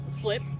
flip